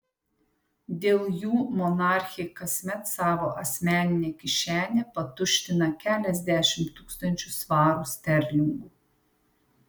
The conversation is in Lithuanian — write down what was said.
dėl jų monarchė kasmet savo asmeninę kišenę patuština keliasdešimt tūkstančių svarų sterlingų